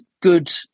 good